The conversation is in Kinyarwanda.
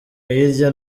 hirya